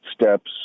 steps